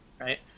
right